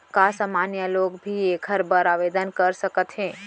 का सामान्य लोग भी एखर बर आवदेन कर सकत हे?